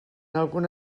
alguna